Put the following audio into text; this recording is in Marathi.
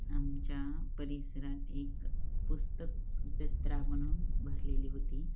आमच्या परिसरात एक पुस्तक जत्रा म्हणून भरलेली होती